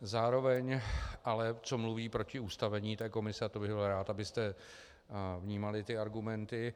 Zároveň ale co mluví proti ustavení té komise, a to bych byl rád, abyste vnímali ty argumenty.